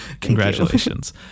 Congratulations